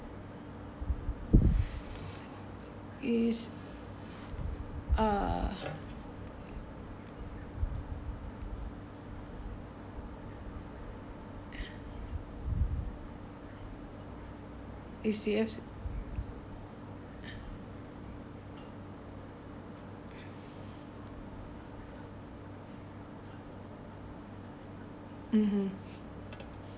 it's uh (uh huh)